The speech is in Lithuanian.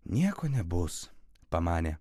nieko nebus pamanė